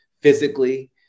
physically